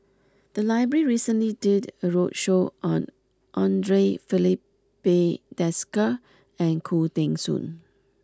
the library recently did a roadshow on Andre Filipe Desker and Khoo Teng Soon